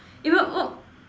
even oh